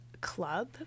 club